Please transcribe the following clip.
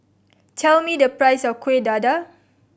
tell me the price of Kueh Dadar